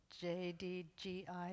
J-D-G-I